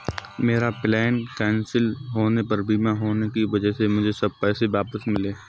मेरा plane cancel होने पर बीमा होने की वजह से मुझे सब पैसे वापस मिले